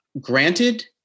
granted